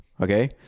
Okay